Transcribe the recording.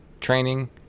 training